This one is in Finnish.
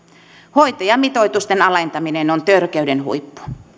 hoitajamitoitusten alentaminen on törkeyden huippu